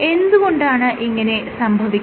എന്ത് കൊണ്ടാണ് ഇങ്ങനെ സംഭവിക്കുന്നത്